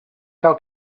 cal